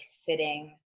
sitting